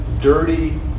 dirty